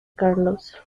carlos